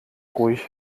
ruhig